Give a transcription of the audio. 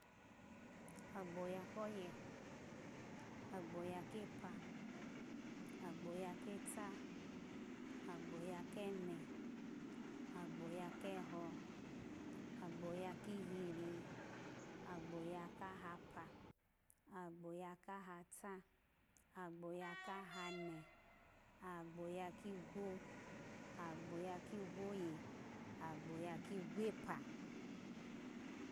Agboya, koye, agboyu kepa, agboya keta, agboya kene, agboya keha, agboya kihiri, agboya kahapa, agboya kahata, agboya kahane, agboya kigwo, agboya kigwo ya, agboya kigwopa.